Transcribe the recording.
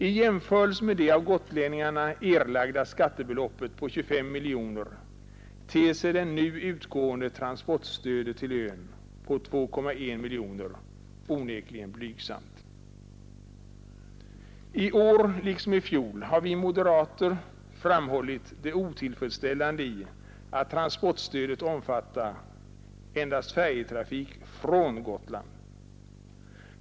I jämförelse med det av gotlänningarna erlagda skattebeloppet på 25 miljoner kronor ter sig det nu utgående transportstödet till ön på 2,1 miljoner kronor onekligen blygsamt. I år liksom i fjol har vi moderater framhållit det otillfredsställande i att transportstödet omfattar endast färjtrafik från Gotland.